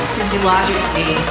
Physiologically